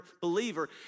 believer